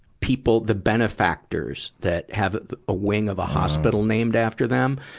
people, the benefactors that have a, the ah wing of a hospital named after them.